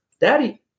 daddy